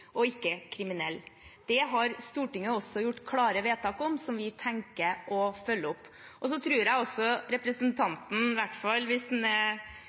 og ikke kriminelle. Det har Stortinget også gjort klare vedtak om, som vi tenker å følge opp. Så tror jeg representanten, i hvert fall hvis han